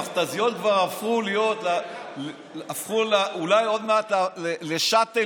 המכת"זיות כבר יהפכו אולי עוד מעט לשאטלים,